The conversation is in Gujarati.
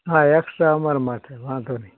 હા એકસ્ટ્રા અમારા માથે વાંધો નહીં